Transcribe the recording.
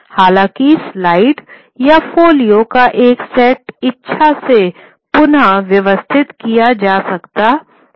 हालाँकि स्लाइड या फोलियो का एक सेट इच्छा से पुन व्यवस्थित किया जा सकता है